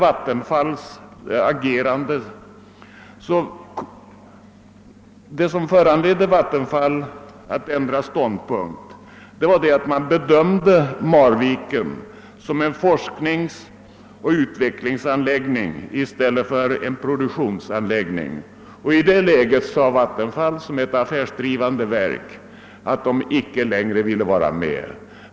Vad som föranledde Vattenfall att ändra ståndpunkt var att man bedömde Marviken som en forskningsoch utvecklingsanläggning i stället för en produktionsanläggning. I det läget sade Vattenfall, som är ett affärsdrivande verk, att man inte längre ville vara med.